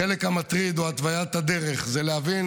החלק המטריד הוא התוויית הדרך, זה להבין